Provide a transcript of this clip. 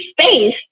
space